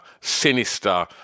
sinister